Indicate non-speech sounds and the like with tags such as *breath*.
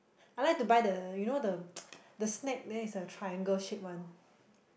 I like to buy the you know the *noise* the snack there is a triangle shape one *breath*